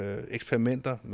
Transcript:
eksperimenter